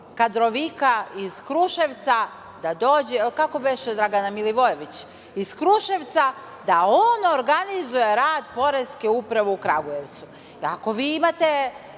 kadrovika iz Kruševca da dođe… Kako beše, Dragane? Milivojević iz Kruševca da on organizuje rad Poreske uprave u Kragujevcu? Ako vi imate